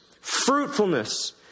fruitfulness